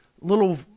little